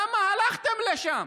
למה הלכתם לשם?